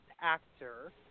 Actor